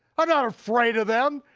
i'm not afraid of them.